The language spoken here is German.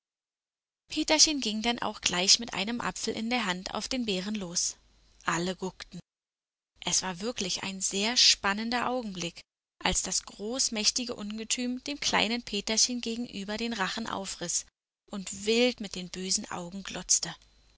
peterchen ging denn auch gleich mit einem apfel in der hand auf den bären los alle guckten es war wirklich ein sehr spannender augenblick als das großmächtige ungetüm dem kleinen peterchen gegenüber den rachen aufriß und wild mit den bösen augen glotzte